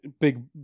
big